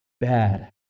bad